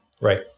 Right